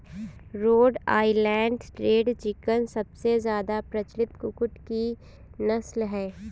road Island Red chicken सबसे ज्यादा प्रचलित कुक्कुट की नस्ल है